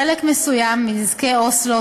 חלק מסוים מנזקי אוסלו,